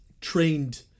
trained